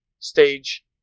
stage